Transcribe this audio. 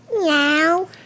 Meow